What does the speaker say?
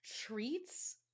treats